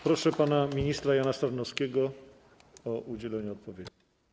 Proszę pana ministra Jana Sarnowskiego o udzielenie odpowiedzi.